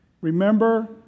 Remember